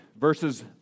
Verses